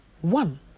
one